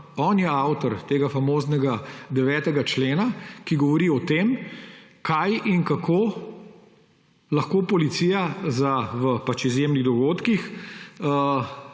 on je avtor tega famoznega 9. člena, ki govori o tem, kaj in kako lahko policija v izjemnih dogodkih